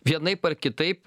vienaip ar kitaip